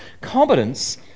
Competence